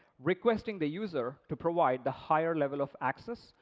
requesting the user to provide the higher level of access,